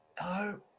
No